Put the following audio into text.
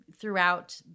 throughout